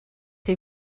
chi